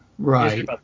Right